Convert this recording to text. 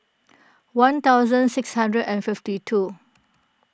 one thousand six hundred and fifty two